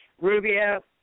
Rubio